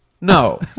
No